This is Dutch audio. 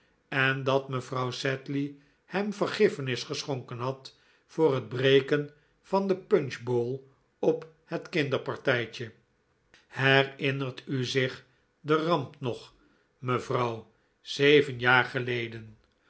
en dat mevrouw sedley hem vergiffenis geschonken had voor het breken van de punch bowl op het kinderpartijtje herinnert u zich de ramp nog mevrouw zeven jaar geleden